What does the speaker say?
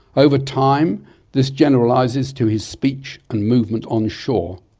over time this generalises to his speech and movement on shore.